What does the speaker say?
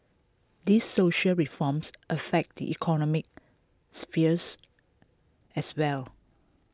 these social reforms affect the economic spheres as well